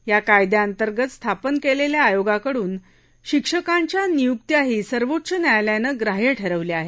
या कायद्यांतर्गत स्थापन केलेल्या आयोगाकडून शिक्षकांच्या नियुक्त्याही सर्वोच्च न्यायालयानं ग्राह्य ठरवल्या आहेत